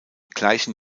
gleichen